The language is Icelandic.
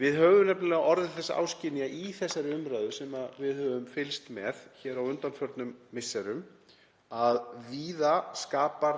Við höfum nefnilega orðið þess áskynja í þessari umræðu sem við höfum fylgst með hér á undanförnum misserum að víða skapa